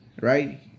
right